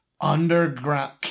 underground